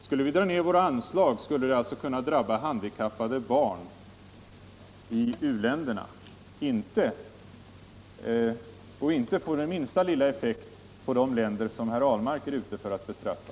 Skulle vi dra ned våra anslag till UNESCO skulle det alltså kunna drabba handikappade barn i u-länderna och inte få den minsta lilla effekt på de länder som herr Ahlmark är ute för att bestraffa.